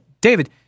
David